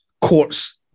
courts